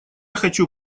хочу